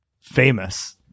famous